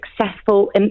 successful